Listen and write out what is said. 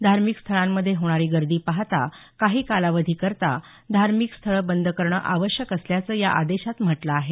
धार्मिक स्थळांमध्ये होणारी गर्दी पाहता काही कालावधीकरता धार्मिक स्थळ बद करणं आवश्यक असल्याचं या आदेशात म्हटलं आहे